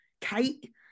Kate